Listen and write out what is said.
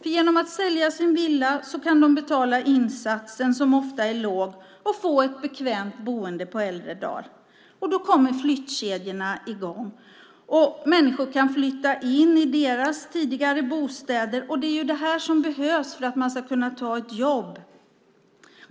Genom att sälja sin villa kan de betala insatsen, som ofta är låg, och få ett bekvämt boende på äldre dagar. Därmed kommer flyttkedjorna i gång; andra kan flytta in i deras tidigare bostäder. Det är det som behövs för att man ska kunna ta ett jobb.